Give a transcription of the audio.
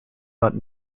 not